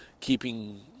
keeping